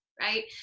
Right